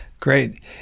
Great